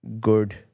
good